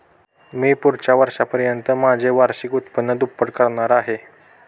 मी पुढच्या वर्षापर्यंत माझे वार्षिक उत्पन्न दुप्पट करणार आहे